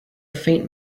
faint